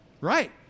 Right